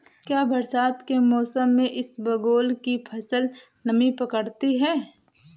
क्या बरसात के मौसम में इसबगोल की फसल नमी पकड़ती है?